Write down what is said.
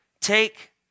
take